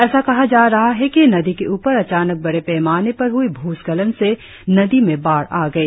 ऐसा कहा जा रहा है कि नदी के ऊपर अचानक बड़े पैमाने पर ह्ई भूस्खलन से नदी में बाढ़ आ गई